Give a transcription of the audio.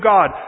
God